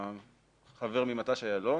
החבר ממט"ש אילון